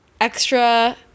Extra